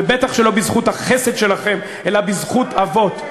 ובטח שלא בזכות החסד שלכם אלא בזכות אבות.